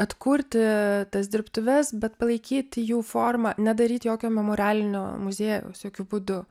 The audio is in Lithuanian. atkurti tas dirbtuves bet palaikyti jų formą nedaryt jokio memorialinio muziejaus jokiu būdu